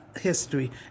history